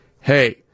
hey